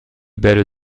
belle